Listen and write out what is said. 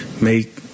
make –